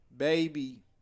Baby